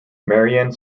marianne